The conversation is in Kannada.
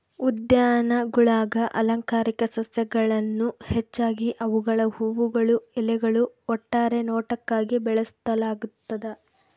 ಉದ್ಯಾನಗುಳಾಗ ಅಲಂಕಾರಿಕ ಸಸ್ಯಗಳನ್ನು ಹೆಚ್ಚಾಗಿ ಅವುಗಳ ಹೂವುಗಳು ಎಲೆಗಳು ಒಟ್ಟಾರೆ ನೋಟಕ್ಕಾಗಿ ಬೆಳೆಸಲಾಗ್ತದ